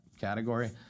category